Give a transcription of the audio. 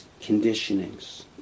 conditionings